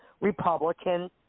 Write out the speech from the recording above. Republican